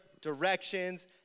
directions